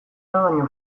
baino